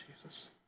Jesus